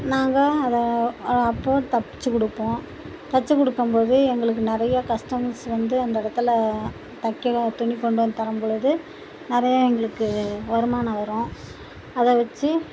நாங்கள் அதை அப்போ தைச்சிக் கொடுப்போம் தைச்சிக் கொடுக்கம் போது எங்களுக்கு நிறைய கஸ்டமர்ஸ் வந்து அந்த இடத்துல தைக்க துணி கொண்டு வந்து தரும்பொழுது நிறையா எங்களுக்கு வருமானம் வரும் அதை வச்சு